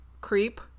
Creep